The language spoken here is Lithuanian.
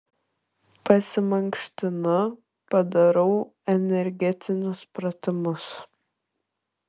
pasimankštinu padarau energetinius pratimus